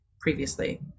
previously